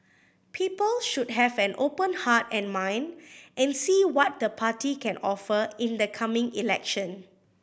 people should have an open heart and mind and see what the party can offer in the coming election